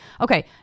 Okay